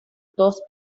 dos